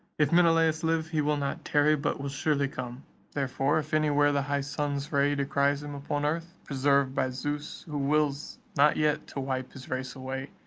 if menelaus live, he will not tarry, but will surely come therefore if anywhere the high sun's ray descries him upon earth, preserved by zeus, who wills not yet to wipe his race away,